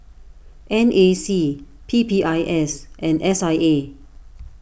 N A C P P I S and S I A